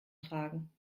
tragen